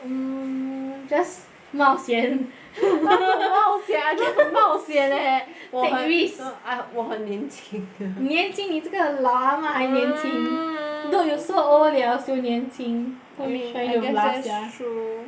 mm just 冒险 I how to 冒险 I can 冒险 leh 我很 take risk I 我很年轻年轻你这个老阿嬷 还年轻 dude you so old liao still 年轻 who you trying to bluff sia that's true